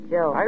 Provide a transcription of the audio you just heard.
Joe